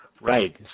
Right